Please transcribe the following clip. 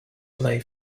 play